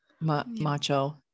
macho